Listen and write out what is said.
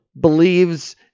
believes